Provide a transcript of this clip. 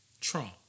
Trump